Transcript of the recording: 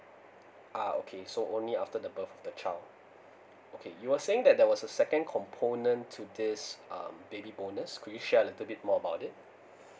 ah okay so only after the birth of the child okay you were saying that there was a second component to this um baby bonus could you share a little bit more about it